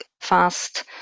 fast